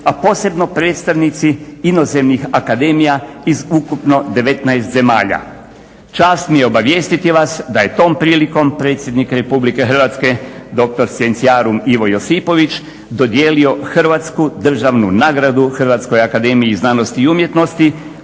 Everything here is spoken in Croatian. a posebno predstavnici inozemnih akademija iz ukupno 19 zemalja. Čast mi je obavijestiti vas da je tom prilikom predsjednik Republike Hrvatske doktor scientiarum Ivo Josipović dodijelio hrvatsku državnu nagradu Hrvatskoj akademiji znanosti i umjetnosti